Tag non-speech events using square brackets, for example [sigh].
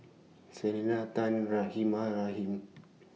Selena Tan Rahimah Rahim [noise]